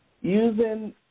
Using